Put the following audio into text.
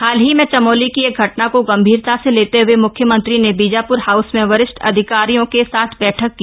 हाल ही में चमोली की एक घटना को गम्भीरता से लेते हए म्ख्यमंत्री ने बीजाप्र हाउस में वरिष्ठ अधिकारियों के साथ बैठक की